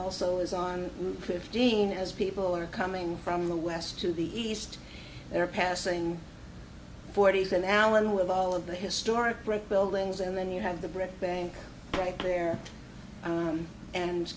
also is on fifteen as people are coming from the west to the east they're passing forty's and alan with all of the historic brick buildings and then you have the brick bank right there